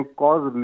cause